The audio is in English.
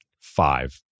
Five